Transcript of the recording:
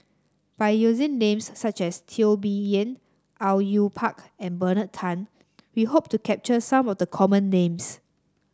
by using names such as Teo Bee Yen Au Yue Pak and Bernard Tan we hope to capture some of the common names